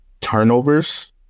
Turnovers